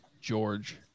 George